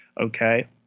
okay